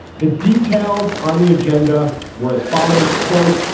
the details on the agenda were as follows quote,